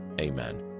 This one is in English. Amen